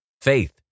faith